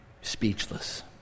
speechless